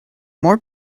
more